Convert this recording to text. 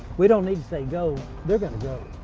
we don't need to say go, they're going to go.